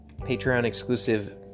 Patreon-exclusive